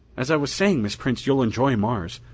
as i was saying, miss prince, you'll enjoy mars.